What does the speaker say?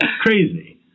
crazy